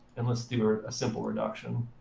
and let's do a simple reduction.